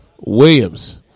Williams